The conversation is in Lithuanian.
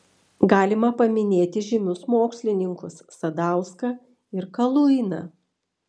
galima paminėti žymius mokslininkus sadauską ir kaluiną